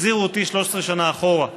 החזירו אותי 13 שנה אחורה.